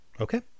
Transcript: okay